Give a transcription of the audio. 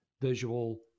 visual